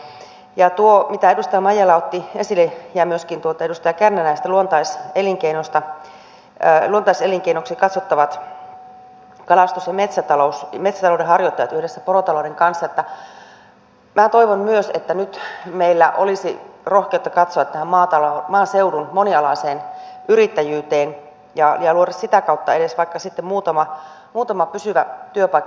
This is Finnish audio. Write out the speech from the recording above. sitä ajatellen mitä edustaja maijala otti esille ja myöskin edustaja kärnä näistä luontais elinkeinoista luontaiselinkeinoiksi katsotaan kalastus ja metsätalous yhdessä porotalouden kanssa minä toivon myös että nyt meillä olisi rohkeutta katsoa tätä maaseudun monialaista yrittäjyyttä ja luoda sitä kautta edes vaikka sitten muutama pysyvä työpaikka